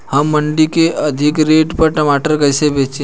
हम मंडी में अधिक रेट पर टमाटर कैसे बेचें?